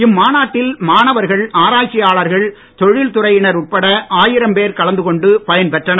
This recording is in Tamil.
இம்மாநாட்டில் மாணவர்கள் ஆராய்ச்சியாளர்கள் தொழில் துறையினர் உட்பட ஆயிரம் பேர் கலந்துகொண்டு பயன்பெற்றனர்